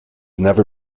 never